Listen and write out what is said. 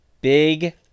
Big